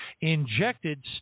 injected